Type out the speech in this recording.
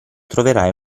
troverai